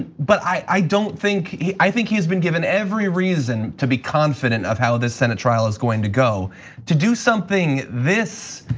but i don't think he, i think he has been given every reason to be confident of how this senate trial is going to go to do something this.